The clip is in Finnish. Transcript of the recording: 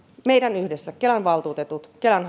meidän yhdessä kelan valtuutettujen kelan